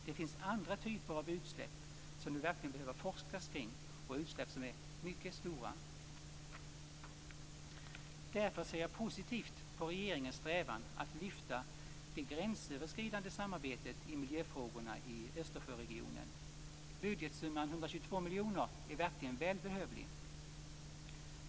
Det finns andra typer av utsläpp som det verkligen behöver forskas kring, utsläpp som är mycket stora. Därför ser jag positivt på regeringens strävan att lyfta det gränsöverskridande samarbetet i miljöfrågorna i Östersjöregionen. Budgetsumman 122 miljoner är verkligen välbehövlig.